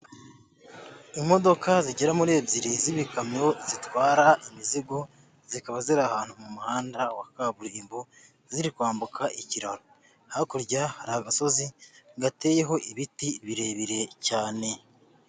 Imodoka zigera muri ebyiri z'ibikamyo zitwara imizigo, zikaba ziri ahantu mu muhanda wa kaburimbo, ziri kwambuka ikiraro. hakurya hari agasozi gateyeho ibiti birebire cyane.